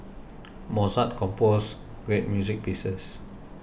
Mozart compose great music pieces